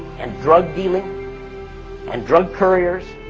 and drug dealing and drug couriers,